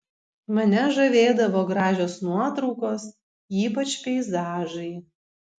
mane žavėdavo gražios nuotraukos ypač peizažai